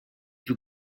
più